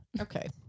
Okay